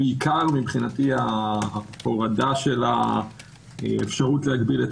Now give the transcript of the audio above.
בעיקר ההורדה של האפשרות להגביל את